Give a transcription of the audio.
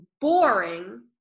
boring